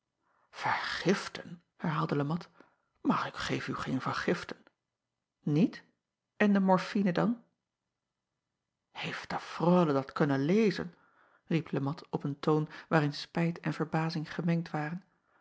ergiften herhaalde e at maar ik geef u geen vergiften iet n de morfine dan eeft de reule dat kunnen lezen riep e at op een toon waarin spijt en verbazing gemengd waren